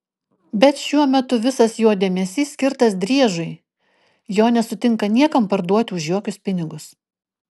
bet šiuo metu visas jo dėmesys skirtas driežui jo nesutinka niekam parduoti už jokius pinigus